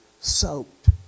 soaked